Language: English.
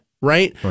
Right